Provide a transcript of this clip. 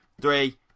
three